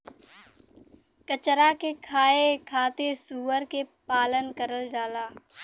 कचरा के खाए खातिर सूअर के पालन करल जाला